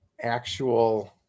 actual